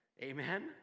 Amen